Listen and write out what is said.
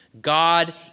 God